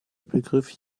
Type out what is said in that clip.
begriff